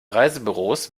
reisebüros